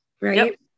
right